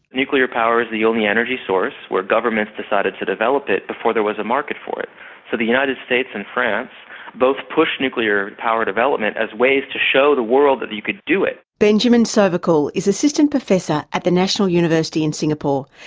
nuclear power is the only energy source where governments decided to develop it before there was a market for it. so the united states and france both pushed nuclear power development as ways to show the world that you could do it. benjamin sovacool is assistant professor at the national university in singapore,